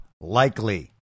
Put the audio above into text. Likely